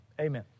amen